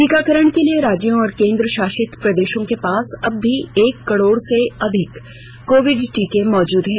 टीकाकरण के लिए राज्यों और केन्द्रशासित प्रदेशों के पास अर्ब भी एक करोड़ से अधिक कोविड टीके मौजूद हैं